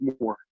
more